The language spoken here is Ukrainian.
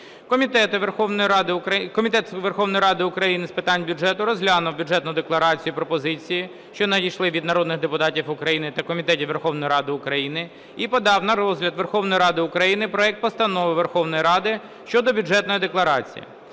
Комітет Верховної Ради України з питань бюджету розглянув Бюджетну декларацію, пропозиції, що надійшли від народних депутатів України та комітетів Верховної Ради України, і подав на розгляд Верховної Ради України проект Постанови Верховної Ради щодо Бюджетної декларації.